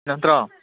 ꯅꯠꯇ꯭ꯔꯣ